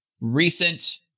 Recent